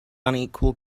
unequal